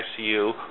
ICU